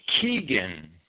Keegan